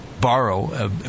borrow